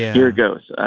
here goes.